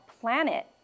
planet